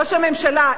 ראש הממשלה,